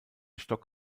stock